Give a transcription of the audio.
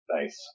Nice